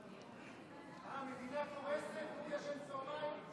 המדינה קורסת והוא ישן צוהריים?